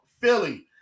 Philly